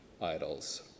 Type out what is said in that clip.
idols